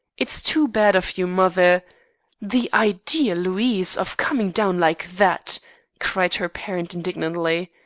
it's too bad of you, mother the idea, louise, of coming down like that cried her parent indignantly.